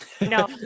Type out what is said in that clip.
no